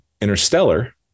interstellar